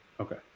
Okay